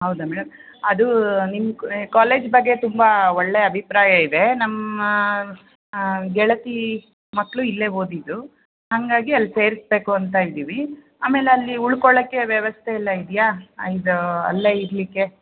ಹೌದಾ ಮೇಡಮ್ ಅದು ನಿಮ್ಮ ಕ್ ಕಾಲೇಜ್ ಬಗ್ಗೆ ತುಂಬ ಒಳ್ಳೆಯ ಅಭಿಪ್ರಾಯ ಇದೆ ನಮ್ಮ ಗೆಳತಿ ಮಕ್ಕಳು ಇಲ್ಲೇ ಓದಿದ್ದು ಹಾಗಾಗಿ ಅಲ್ಲಿ ಸೇರಿಸಬೇಕು ಅಂತ ಇದ್ದೀವಿ ಆಮೇಲಲ್ಲಿ ಉಳ್ಕೊಳ್ಳಕ್ಕೆ ವ್ಯವಸ್ಥೆ ಎಲ್ಲ ಇದೆಯಾ ಇದು ಅಲ್ಲೇ ಇರಲಿಕ್ಕೆ